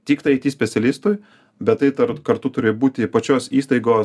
tiktai specialistui bet tai kartu turi būti pačios įstaigos